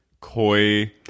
coy